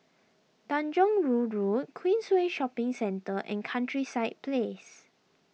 Tanjong Rhu Road Queensway Shopping Centre and Countryside Place